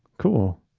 cool.